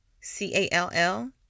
c-a-l-l